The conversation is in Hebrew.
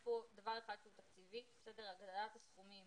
יש כאן דבר אחד שהוא תקציבי, הגדלת הסכומים